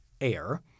Air